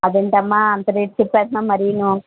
అదేంటమ్మా అంత రేట్ చెప్పేస్తున్నావు మరీ